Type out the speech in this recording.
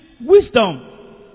wisdom